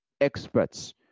experts